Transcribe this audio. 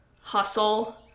hustle